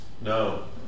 No